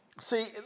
See